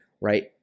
right